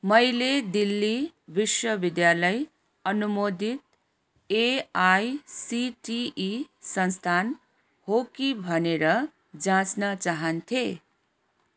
मैले दिल्ली विश्वविद्यालय अनुमोदित एआइसिटिई संस्थान हो कि भनेर जाँच्न चाहन्थेँ